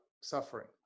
suffering